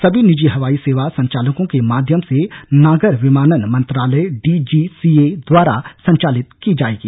सभी निजी हवाई सेवा संचालकों के माध्यम से नागर विमानन मंत्रालय डीजीसीए द्वारा संचालित की जाएगी